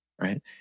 right